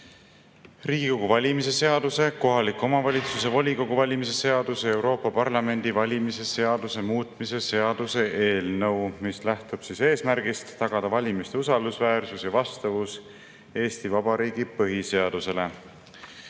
Riigikogu valimise seaduse, kohaliku omavalitsuse volikogu valimise seaduse ja Euroopa Parlamendi valimise seaduse muutmise seaduse eelnõu, mis lähtub eesmärgist tagada valimiste usaldusväärsus ja vastavus Eesti Vabariigi põhiseadusele.